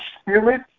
spirit